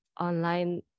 online